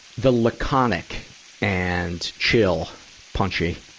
the laconic and chill punchy.